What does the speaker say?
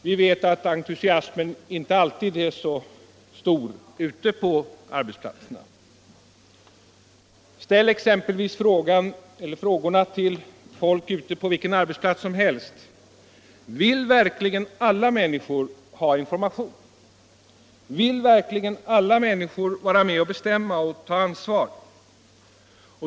Vi vet att entusiasmen inte alltid är så stor på arbetsplatserna. Ställ exempelvis de här frågorna till folk på vilken arbetsplats som helst: Vill verkligen alla människor ha information? Vill verkligen alla människor vara med och bestämma och ta ansvar?